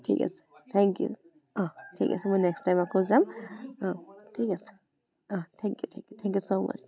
ঠিক আছে thank you অ' ঠিক আছে মই নেক্সট টাইম আকৌ যাম অ' ঠিক আছে অ' thank you thank you thank you so mass